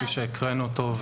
כפי שהקראנו אותו,